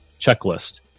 checklist